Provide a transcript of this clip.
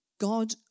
God